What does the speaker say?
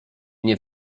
nie